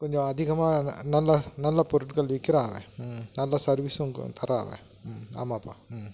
கொஞ்சம் அதிகமாக ந நல்ல நல்ல பொருட்கள் விற்கிறாங்க ம் நல்ல சர்வீஸும் க தராங்க ம் ஆமாப்பா ம்